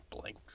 blank